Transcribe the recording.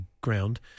ground